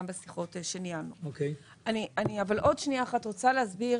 בשיחות שניהלנו אבל עוד שנייה כי אני רוצה להסביר